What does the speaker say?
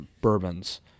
bourbons